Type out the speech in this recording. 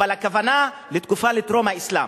אבל הכוונה לתקופת טרום-האסלאם,